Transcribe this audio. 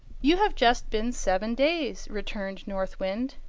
you have just been seven days, returned north wind.